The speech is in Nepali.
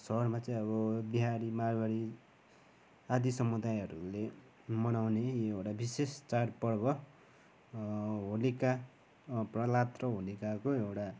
सहरमा चाहिँ अब बिहारी मारवाडी आदि सुमदायहरूले मनाउने यो एउटा विशेष चाडपर्व होलिका प्रह्लाद र होलिकाको एउटा